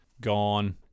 gone